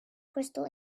crystal